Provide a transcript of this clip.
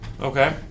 Okay